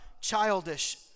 childish